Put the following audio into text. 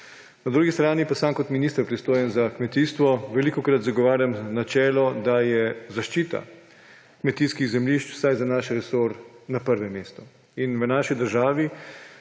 Na drugi strani pa sam kot minister, pristojen za kmetijstvo, velikokrat zagovarjam načelo, da je zaščita kmetijskih zemljišč vsaj za naš resor na prvem mestu. V naši državi,